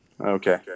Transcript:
okay